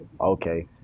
Okay